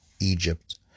Egypt